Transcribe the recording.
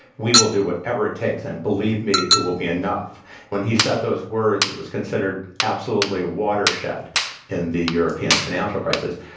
we will do whatever it takes. and, believe me, it will be enough. and when he said those words, it was considered absolutely watershed in the european financial crisis.